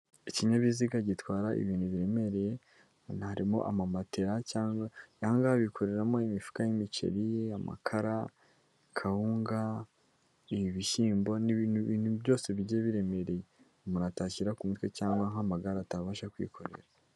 Ikinyabiziga gitwara ibintu biremereye harimo ama matola cyangwa bikoreramo imifuka y'imiceri ,amakara, kawunga, ibishyimbo byose bigiye biremereye umuntu atashyira ku mutwe cyangwa nk'amagare atabasha kwikorera.